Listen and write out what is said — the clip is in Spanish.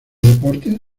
deportes